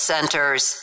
Centers